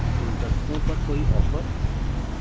گلدستوں پر کوئی آفر